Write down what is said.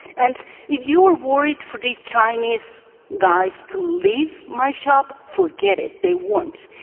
and if you are worried for this chinese guys to leave my shop, forget it, they won't,